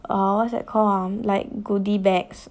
err what is that called ah goodie bags